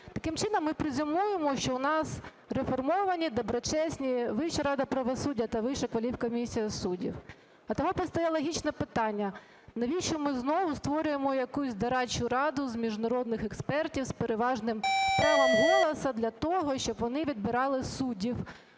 Таким чином ми презюмуємо, що у нас реформі доброчесні Вища рада правосуддя та Вища кваліфкомісія суддів. А тому постає логічне питання, навіщо ми знову створюємо якусь дорадчу раду з міжнародних експертів з переважним правом голосу для того, щоб вони відбирали суддів